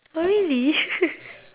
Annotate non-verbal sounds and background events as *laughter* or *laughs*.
oh really *laughs*